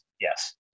Yes